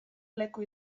leku